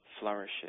flourishes